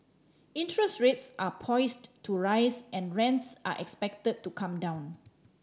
interest rates are poised to rise and rents are expected to come down